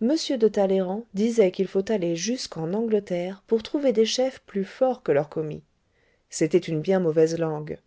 m de talleyrand disait qu'il faut aller jusqu'en angleterre pour trouver des chefs plus forts que leurs commis c'était une bien mauvaise langue